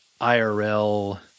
IRL